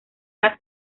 las